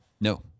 No